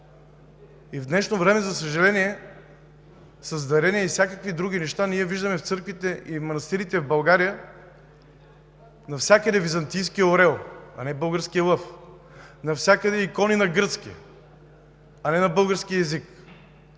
И в днешно време, за съжаление, с дарения и всякакви други неща ние виждаме в църквите и манастирите в България навсякъде византийския орел, а не българския лъв, навсякъде икони на гръцки, а не на български език.